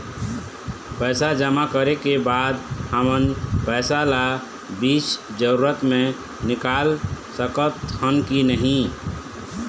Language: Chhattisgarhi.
पैसा जमा करे के बाद हमन पैसा ला बीच जरूरत मे निकाल सकत हन की नहीं?